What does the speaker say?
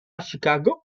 chicago